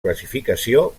classificació